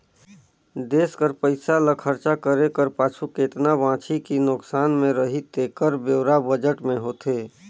देस कर पइसा ल खरचा करे कर पाछू केतना बांचही कि नोसकान में रही तेकर ब्योरा बजट में होथे